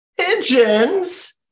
pigeons